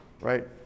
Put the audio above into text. Right